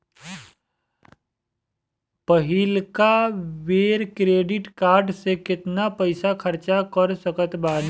पहिलका बेर credit card से केतना पईसा खर्चा कर सकत बानी?